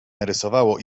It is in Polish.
narysowało